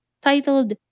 titled